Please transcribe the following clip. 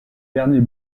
dernier